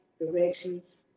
directions